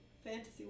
Fantasy